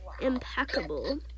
impeccable